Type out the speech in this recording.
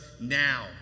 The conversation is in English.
now